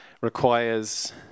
requires